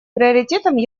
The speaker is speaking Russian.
приоритетом